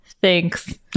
Thanks